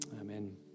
Amen